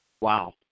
Wow